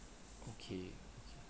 okay okay